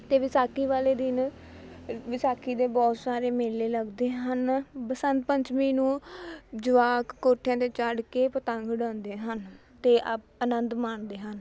ਅਤੇ ਵਿਸਾਖੀ ਵਾਲੇ ਦਿਨ ਵਿਸਾਖੀ ਦੇ ਬਹੁਤ ਸਾਰੇ ਮੇਲੇ ਲੱਗਦੇ ਹਨ ਬਸੰਤ ਪੰਚਮੀ ਨੂੰ ਜਵਾਕ ਕੋਠਿਆਂ 'ਤੇ ਚੜ੍ਹ ਕੇ ਪਤੰਗ ਉਡਾਉਂਦੇ ਹਨ ਅਤੇ ਅਪ ਆਨੰਦ ਮਾਣਦੇ ਹਨ